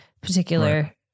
particular